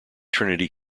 trinity